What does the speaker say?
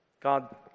God